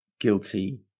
guilty